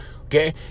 okay